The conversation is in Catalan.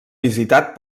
visitat